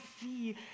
see